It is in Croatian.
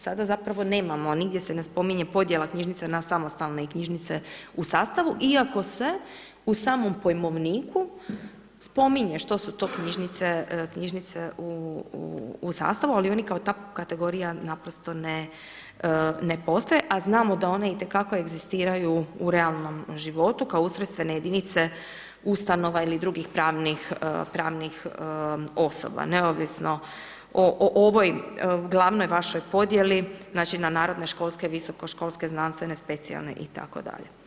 Sada zapravo nemamo nigdje se ne spominje podjela knjižnica na samostalne i knjižnice u sastavu, iako se u samom pojmovniku, spominje što su to knjižnice u sastavu, ali oni kao ta kategorija naprosto ne postoje, a znamo da oni itekako egzistiraju u realnom životu kao ustrojstvene jedinice ustanova ili drugih pravnih osoba, neovisno o ovoj glavnoj vašoj podijeli na narodno školske, visokoškolske znanstvene specijalne itd.